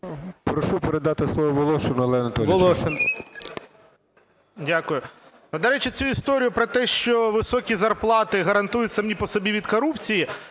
Прошу передати слово Волошину Олегу Анатолійовичу.